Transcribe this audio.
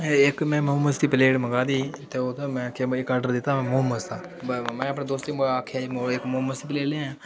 इक में मोमोस दी प्लेट मंगवाई दी ही ते इक में आर्ड़र दिता हा मोमोस दा ते में अपने दोस्ते गी आक्खेआ हा इक मोमोस दी प्लेट लेई आयां